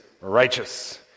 righteous